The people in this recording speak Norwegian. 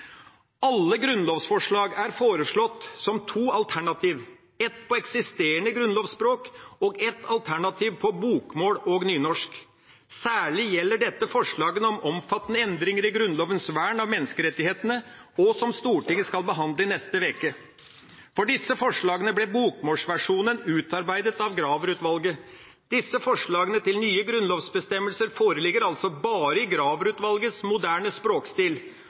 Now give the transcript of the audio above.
Alle grunnlovsforslag er foreslått som to alternativ, et på eksisterende grunnlovsspråk og et alternativ på bokmål og nynorsk. Særlig gjelder dette forslagene om omfattende endringer i Grunnlovens vern av menneskerettighetene, som Stortinget skal behandle i neste uke. For disse forslagene ble bokmålsversjonen utarbeidet av Graver-utvalget. Disse forslagene til nye grunnlovsbestemmelser foreligger altså bare i Graver-utvalgets moderne språkstil,